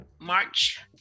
March